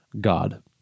God